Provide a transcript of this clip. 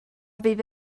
fydd